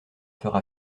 fera